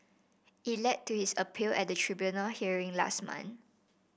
it led to his appeal at a tribunal hearing last month